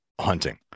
hunting